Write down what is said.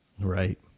right